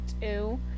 two